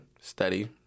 study